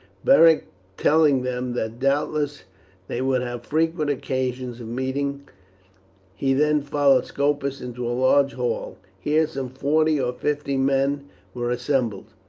beric telling them that doubtless they would have frequent occasions of meeting he then followed scopus into a large hall. here some forty or fifty men were assembled.